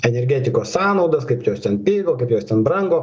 energetikos sąnaudas kaip jos ten pigo kaip jos ten brango